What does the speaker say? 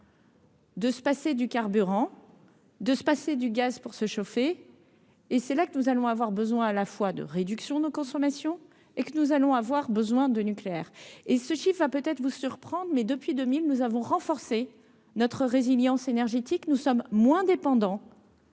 De se passer du carburant, de se passer du gaz pour se chauffer et c'est là que nous allons avoir besoin à la fois de réduction de consommation et que nous allons avoir besoin de nucléaire et ce chiffre va peut-être vous surprendre mais depuis 2000, nous avons renforcé notre résilience énergétique, nous sommes moins dépendants